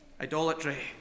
Idolatry